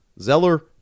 Zeller